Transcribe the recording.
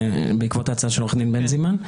בעקבות ההצעה של עורכת הדין בנזימן.